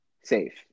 safe